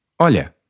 Olha